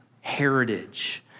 heritage